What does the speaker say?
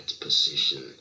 position